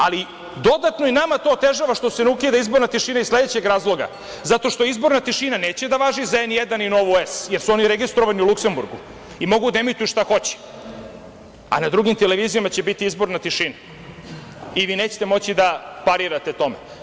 Ali, dodatno i nama to otežava što se ne ukida izborna tišina iz sledećeg razloga – zato što izborna tišina neće da važi za „N1“ i „Novu S“, jer su oni registrovani u Luksemburgu i mogu da emituju šta hoće, a na drugim televizijama će biti izborna tišina i vi nećete moći da parirate tome.